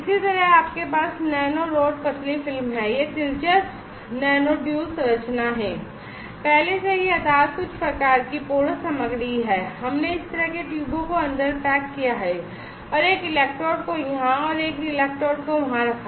इसी तरह आपके पास नैनो रॉड पतली फिल्म है यह दिलचस्प एम्बेडेड nano duo संरचना है पहले से ही आधार कुछ प्रकार की झरझरा सामग्री है और हमने इस तरह के ट्यूबों को अंदर पैक किया और एक इलेक्ट्रोड को यहां और एक इलेक्ट्रोड को वहां रखा